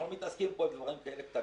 אנחנו לא מתעסקים בדברים כאלה קטנים,